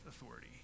authority